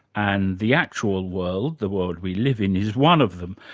and the actual world, the world we live in, is one of them.